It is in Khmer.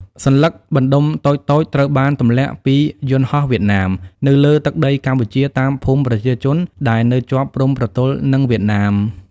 សន្លឹកបណ្ដុំតូចៗត្រូវបានទន្លាក់ពីយន្តហោះវៀតណាម នៅលើទឹកដីកម្ពុជា តាមភូមិប្រជាជនដែលនៅជាប់ព្រំប្រទល់និងវៀតណាម។